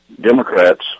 Democrats